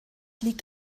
liegt